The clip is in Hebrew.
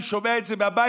אני שומע את זה מהבית.